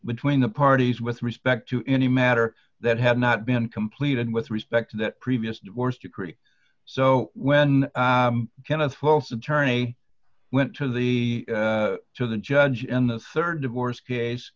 between the parties with respect to any matter that had not been completed with respect to that previous divorce decree so when jennifer also attorney went to the to the judge in the rd divorce case